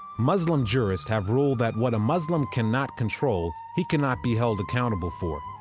muslim jurists have ruled that what a muslim cannot control he cannot be held accountable for.